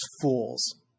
fools